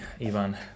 Ivan